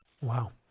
Wow